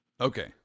Okay